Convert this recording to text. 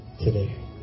today